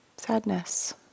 Sadness